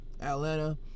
Atlanta